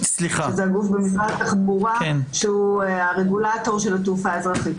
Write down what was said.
שזה הגוף במשרד התחבורה שהוא הרגולטור של התעופה האזרחית.